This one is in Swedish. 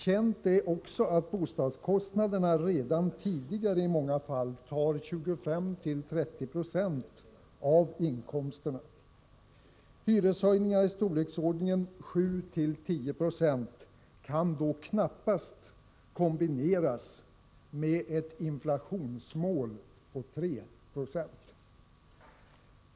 Känt är också att bostadskostnaderna redan tidigare i många fall tar 25-30 26 av inkomsterna. Hyreshöjningar i storleksordningen 7-10 90 kan då knappast kombineras med ett inflationsmål på 3 90!